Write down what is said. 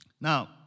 Now